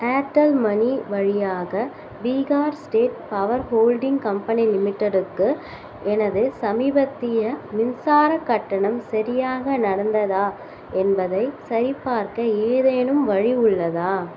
Airtel money வழியாக Bihar state power holding company லிமிட்டெடுக்கு எனது சமீபத்திய மின்சாரக் கட்டணம் சரியாக நடந்ததா என்பதைச் சரிபார்க்க ஏதேனும் வழி உள்ளதா